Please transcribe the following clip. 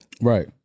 Right